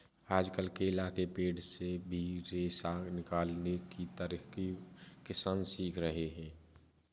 आजकल केला के पेड़ से भी रेशा निकालने की तरकीब किसान सीख रहे हैं